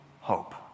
hope